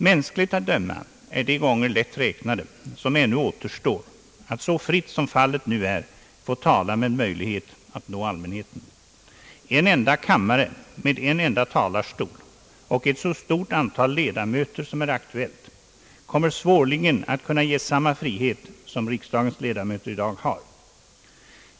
Mänskligt att döma är de gånger lätt räknade som ännu återstår att så fritt som fallet nu är få tala med möjlighet att nå allmänheten. En enda kammare med en enda talarstol och ett så stort antal ledamöter som är aktuellt, kommer svårligen att kunna ge samma frihet som riksdagens ledamöter i dag har.